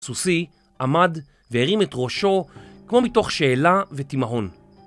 סוסי עמד והרים את ראשו כמו מתוך שאלה ותימהון.